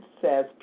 says